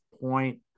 point